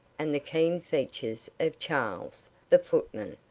and the keen features of charles, the footman,